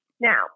Now